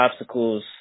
obstacles